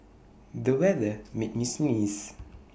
the weather made me sneeze